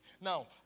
Now